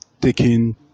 taking